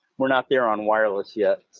we're not there on wireless yet.